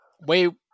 Wait